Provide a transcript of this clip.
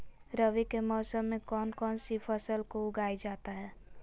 रवि के मौसम में कौन कौन सी फसल को उगाई जाता है?